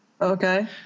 Okay